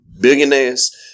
billionaires